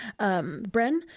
Bren